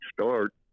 start